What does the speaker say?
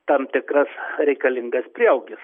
tam tikras reikalingas prieaugis